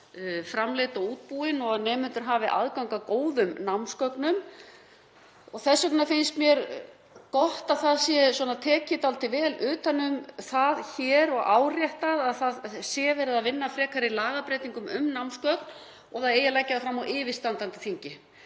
framleidd og útbúin og að nemendur hafi aðgang að góðum námsgögnum. Þess vegna finnst mér gott að það sé tekið dálítið vel utan um það hér og áréttað að verið sé að vinna að frekari lagabreytingum um námsgögn og það eigi að leggja það mál fram á yfirstandandi þingi.